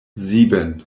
sieben